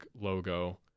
logo